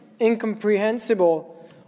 incomprehensible